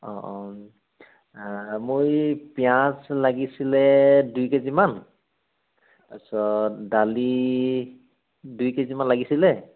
অ অ মই পিয়াঁজ লাগিছিলে দুই কেজিমান তাৰপাছত দালি দুই কেজিমান লাগিছিলে